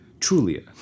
Trulia